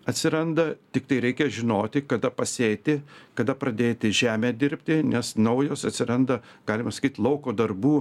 atsiranda tiktai reikia žinoti kada pasėti kada pradėti žemę dirbti nes naujos atsiranda galima sakyt lauko darbų